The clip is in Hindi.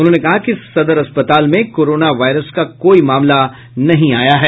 उन्होंने कहा कि सदर अस्पताल में कोरोना वायरस का कोई मामला नहीं आया है